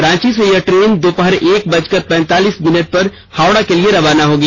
रांची से यह ट्रेन दोपहर एक बजकर पैंतालीस मिनट पर हावड़ा के लिए रवाना होगी